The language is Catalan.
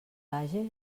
vages